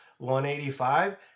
185